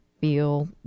feel